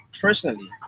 personally